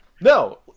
No